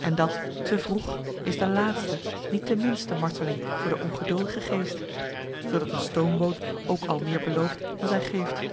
en dat te vroeg is de laatste niet de minste marteling voor den ongeduldigen geest zoodat een stoomboot ook al meer belooft dan zij geeft